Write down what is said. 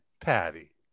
Patty